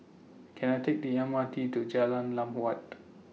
Can I Take The M R T to Jalan Lam Huat